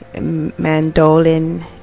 Mandolin